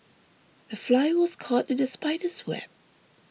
the fly was caught in the spider's web